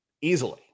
Easily